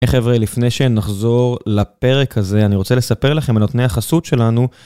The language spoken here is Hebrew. היי חבר'ה, לפני שנחזור לפרק הזה, אני רוצה לספר לכם על נותני החסות שלנו,